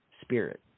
spirit